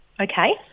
Okay